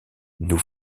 nous